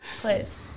Please